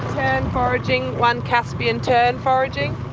and foraging, one caspian tern foraging,